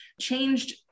changed